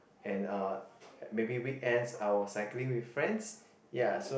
and uh maybe weekends I will cycling with friends ya so